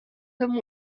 them